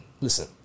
Listen